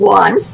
one